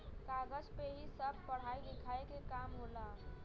कागज पे ही सब पढ़ाई लिखाई के काम होला